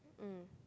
mm